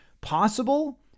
possible